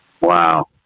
Wow